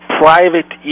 private